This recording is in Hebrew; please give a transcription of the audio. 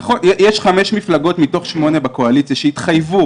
כי בסוף יש חמש מפלגות מתוך שמונה בקואליציה שהתחייבו